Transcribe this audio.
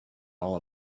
all